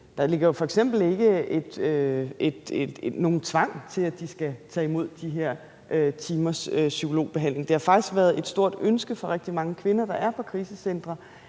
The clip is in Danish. Der ligger jo f.eks. ikke nogen tvang om, at de skal tage imod de her timers psykologbehandling. Det har faktisk været et stort ønske fra rigtig mange kvinder, der er på krisecentre,